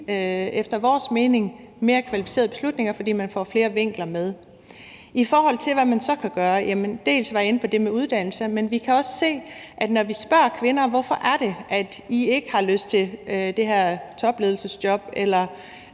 efter vores mening vil give mere kvalificerede beslutninger, fordi man får flere vinkler med. I forhold til hvad man så kan gøre, var jeg inde på det med uddannelse, men vi kan også se, at når vi spørger kvinder, hvorfor det er, de ikke har lyst til det her toplederjob eller